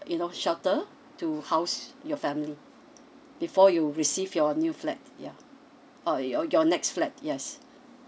you know shelter to house your family before you receive your new flat ya uh your your next flat yes